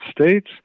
States